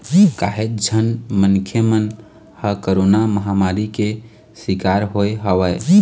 काहेच झन मनखे मन ह कोरोरा महामारी के सिकार होय हवय